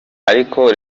aliko